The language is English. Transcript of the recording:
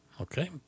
Okay